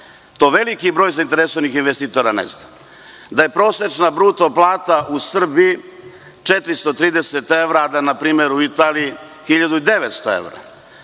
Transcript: To veliki broj zainteresovanih investitora ne zna. Da je prosečna bruto plata u Srbiji 430 evra, a npr. u Italiji 1.900 evra.